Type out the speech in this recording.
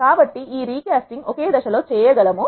కాబట్టి recasting ఒకే దశలో చేయగలము